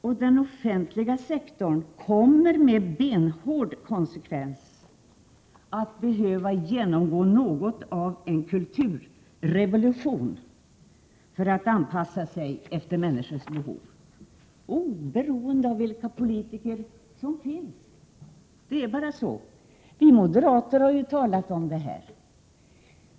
Och den offentliga sektorn kommer med benhård konsekvens att behöva genomgå något av en kulturrevolution för att anpassa sig efter människors behov oberoende av vilka politiker som finns — det är bara så. Vi moderater har talat om detta.